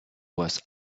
was